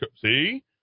See